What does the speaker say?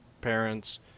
parents